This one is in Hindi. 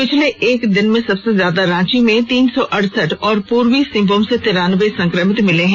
बीते एक दिन में सबसे ज्यादा रांची से तीन सौ अड़सठ और पूर्वी सिंहभूम से तिरान्बे संक्रमित मिले हैं